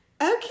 Okay